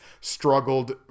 struggled